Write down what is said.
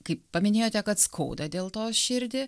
kaip paminėjote kad skauda dėl to širdį